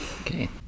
okay